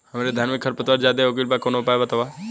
हमरे धान में खर पतवार ज्यादे हो गइल बा कवनो उपाय बतावा?